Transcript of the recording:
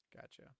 Gotcha